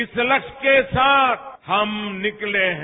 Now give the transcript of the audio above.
इस लक्ष्य के साथ हम निकले हैं